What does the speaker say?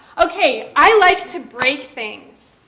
okay, i like to break things,